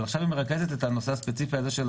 אבל עכשיו היא מרכזת את הנושא הספציפי הזה של